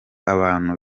abantu